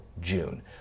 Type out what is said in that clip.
June